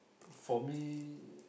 for me